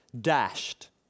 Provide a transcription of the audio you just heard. dashed